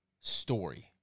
story